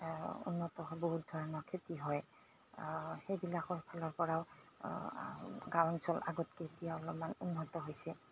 উন্নত বহুত ধৰণৰ খেতি হয় সেইবিলাকৰফালৰপৰাও গাঁও অঞ্চল আগতকৈ এতিয়া অলপমান উন্নত হৈছে